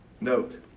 Note